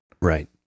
Right